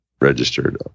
registered